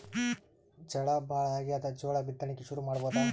ಝಳಾ ಭಾಳಾಗ್ಯಾದ, ಜೋಳ ಬಿತ್ತಣಿಕಿ ಶುರು ಮಾಡಬೋದ?